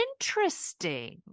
interesting